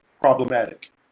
problematic